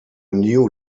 new